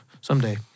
Someday